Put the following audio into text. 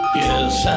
yes